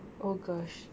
oh gosh